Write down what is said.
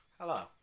Hello